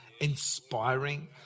inspiring